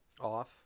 off